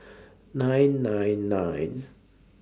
nine nine nine